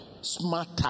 smarter